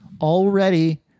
Already